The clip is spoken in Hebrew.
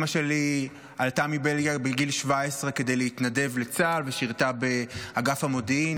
אימא שלי עלתה מבלגיה בגיל 17 כדי להתנדב לצה"ל ושירתה באגף המודיעין.